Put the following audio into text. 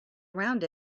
around